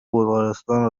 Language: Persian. بلغارستان